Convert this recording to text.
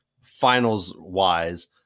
finals-wise